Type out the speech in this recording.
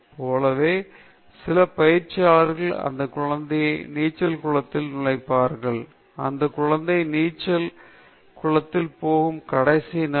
போலவே சில பயிற்சியாளர்கள் அந்தக் குழந்தையை நீச்சல் குளத்தில் நுழைப்பார்கள் அந்த குழந்தை நீச்சல் நீச்சல் குளத்தில் போகும் கடைசி நாள்